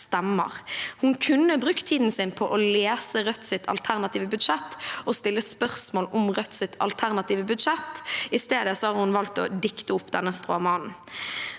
Hun kunne brukt tiden sin på å lese Rødts alternative budsjett og å stille spørsmål om Rødts alternative budsjett. I stedet har hun valgt å dikte opp denne stråmannen.